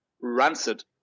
rancid